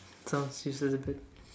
sounds useless a bit